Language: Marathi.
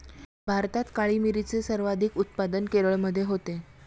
भारतात काळी मिरीचे सर्वाधिक उत्पादन केरळमध्ये होते